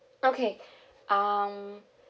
okay um